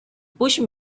push